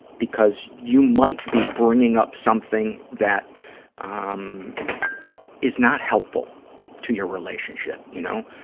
because you might be bringing up something that um is not helpful to your relationship, you know.